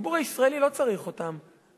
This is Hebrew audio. הציבור הישראלי לא צריך אותם,